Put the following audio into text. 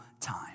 time